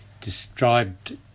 described